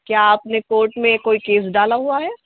کیا آپ نے کورٹ میں کوئی کیس ڈالا ہوا ہے